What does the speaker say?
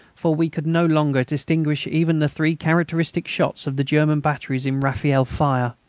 for we could no longer distinguish even the three characteristic shots of the german batteries in rafale fire.